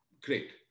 Great